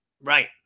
Right